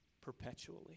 perpetually